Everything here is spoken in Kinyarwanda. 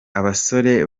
abasore